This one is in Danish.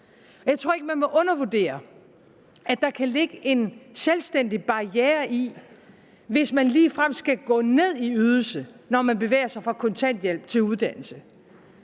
Jeg tror ikke, man må undervurdere, at der kan ligge en selvstændig barriere i det, at folk ligefrem skal gå ned i ydelse, hvis de bevæger sig fra at modtage kontanthjælp til at tage